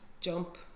jump